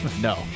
No